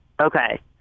Okay